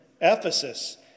Ephesus